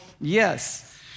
yes